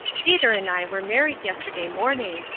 peter and i were married yesterday morning,